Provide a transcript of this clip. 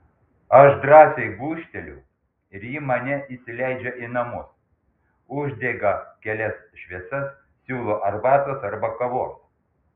aš drąsiai gūžteliu ir ji mane įsileidžia į namus uždega kelias šviesas siūlo arbatos arba kavos